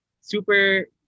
Super